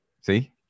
see